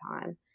time